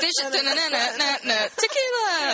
Tequila